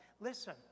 Listen